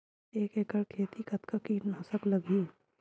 एक एकड़ खेती कतका किट नाशक लगही?